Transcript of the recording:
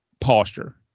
posture